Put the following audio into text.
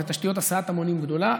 זה תשתית הסעת המונים גדולה,